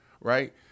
right